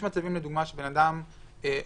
יש מצב שאומרים לאדם: